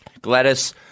Gladys